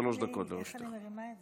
לשם שינוי, מישהו נוכח.